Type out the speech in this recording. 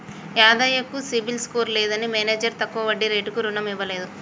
యాదయ్య కు CIBIL score లేదని manager తక్కువ వడ్డీ రేటుకు రుణం ఇవ్వలేదు